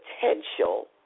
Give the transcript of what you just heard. potential